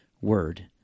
word